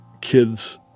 kids